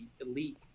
elite